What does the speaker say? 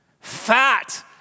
Fat